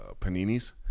paninis